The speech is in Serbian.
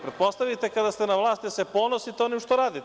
Pretpostavite kada ste na vlasti da se ponosite onim što radite.